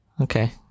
Okay